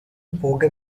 போக